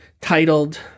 titled